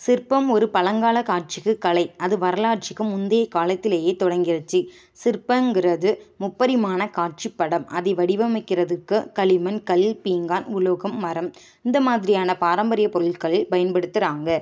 சிற்பம் ஒரு பழங்கால காட்சிக்கு கலை அது வரலாற்றுக்கு முந்தைய காலத்திலேயே தொடங்கிடுச்சு சிற்பம்ங்கிறது முப்பரிமாண காட்சிப் படம் அதை வடிவமைக்கிறதுக்கு களிமண் கல் பீங்கான் உலோகம் மரம் இந்த மாதிரியான பாரம்பரிய பொருட்கள் பயன்படுத்துகிறாங்க